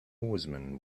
horsemen